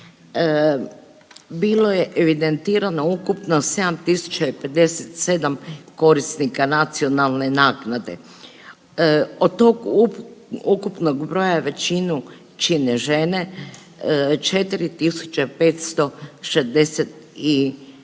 bilo je evidentirano ukupno 7057 korisnika nacionalne naknade. Od tog ukupnog broja većinu čine žene, 4562